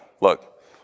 look